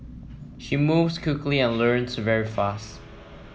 she moves quickly and learns very fast